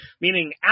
meaning